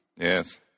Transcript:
Yes